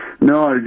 No